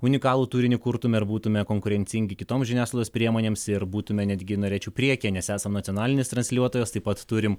unikalų turinį kurtume ir būtumėme konkurencingi kitoms žiniasklaidos priemonėms ir būtume netgi norėčiau priekyje nes esam nacionalinis transliuotojas taip pat turim